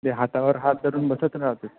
ते हातावर हात धरून बसत राहतो